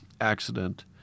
accident